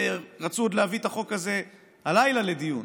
ורצו עוד להביא את החוק הזה הלילה לדיון,